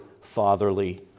fatherly